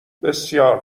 بسیار